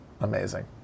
Amazing